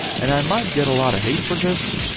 and i might get a lot of hate for this,